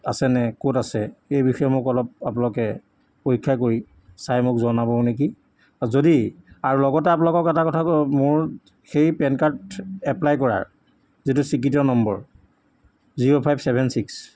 আছেনে ক'ত আছে এই বিষয়ে মোক অলপ আপোনালোকে পৰীক্ষা কৰি চাই মোক জনাব নেকি আৰু যদি আৰু লগতে আপোনালোকক এটা কথা কওঁ মোৰ সেই পেন কাৰ্ড এপ্লাই কৰাৰ যিটো স্বীকৃত number zero five seven six